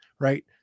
right